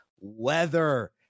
weather